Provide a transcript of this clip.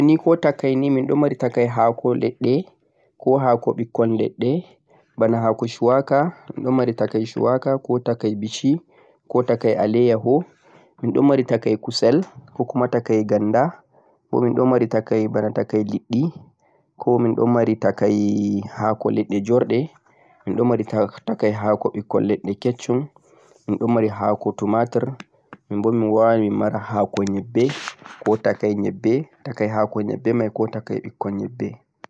hako koh takainii wodi hako leɗɗe, koh hako ɓekkon leɗɗe, bana hako shuwaka, takai bishi, aleyaho, kusel, ganda, leɗɗi, tumatur, nyebbe,